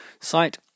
site